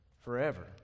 forever